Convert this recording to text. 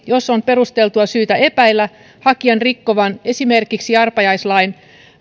jos on perusteltua syytä epäillä hakijan rikkovan esimerkiksi arpajaislain